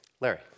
Larry